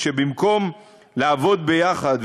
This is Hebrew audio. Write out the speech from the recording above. שבמקום לעבוד יחד,